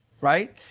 Right